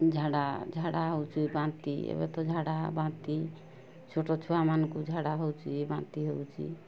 ଝାଡ଼ା ଝାଡ଼ା ହେଉଛି ବାନ୍ତି ଏବେ ତ ଝାଡ଼ା ବାନ୍ତି ଛୋଟ ଛୁଆମାନଙ୍କୁ ଝାଡ଼ା ହେଉଛି ବାନ୍ତି ହେଉଛି